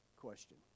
question